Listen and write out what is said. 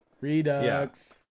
Redux